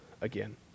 again